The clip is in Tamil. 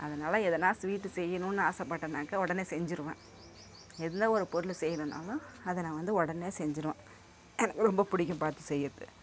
அதனால எதுன்னால் ஸ்வீட்டு செய்யணுன்னு ஆசைப்பட்டனாக்கா உடனே செஞ்சுருவேன் எந்த ஒரு பொருளை செய்யணுன்னாலும் அதை நான் வந்து உடனே செஞ்சுருவேன் எனக்கு ரொம்ப பிடிக்கும் பார்த்து செய்கிறது